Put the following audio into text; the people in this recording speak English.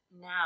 Now